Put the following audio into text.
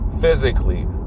physically